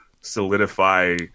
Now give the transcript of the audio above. solidify